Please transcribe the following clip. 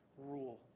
rule